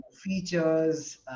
features